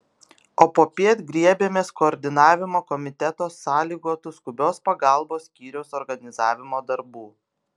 o popiet griebėmės koordinavimo komiteto sąlygotų skubios pagalbos skyriaus organizavimo darbų